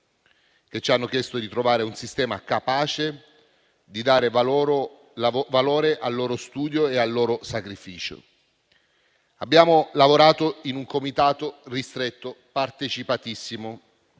che ci hanno chiesto di trovare un sistema capace di dare valore al loro studio e al loro sacrificio. Abbiamo lavorato in un comitato ristretto partecipatissimo,